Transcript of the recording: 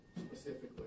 Specifically